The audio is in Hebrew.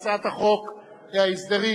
אדוני, אנחנו מעבירים את זה as is לוועדת,